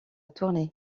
tournée